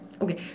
Okay